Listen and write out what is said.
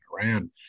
Iran